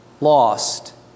lost